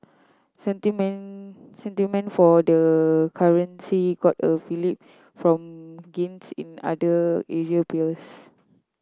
sentiment sentiment for the currency got a fillip from gains in other Asian peers